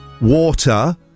water